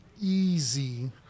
easy